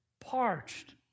parched